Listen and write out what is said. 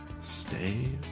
stay